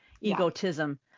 egotism